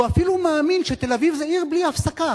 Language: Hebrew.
והוא אפילו מאמין שתל-אביב זו "עיר בלי הפסקה".